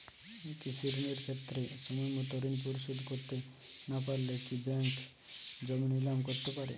কৃষিঋণের ক্ষেত্রে সময়মত ঋণ পরিশোধ করতে না পারলে কি ব্যাঙ্ক জমি নিলাম করতে পারে?